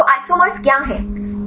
सही तो आइसोमर्स क्या है